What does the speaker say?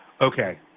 okay